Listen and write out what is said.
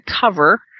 cover